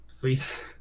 please